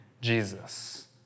Jesus